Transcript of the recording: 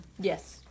Yes